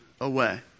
away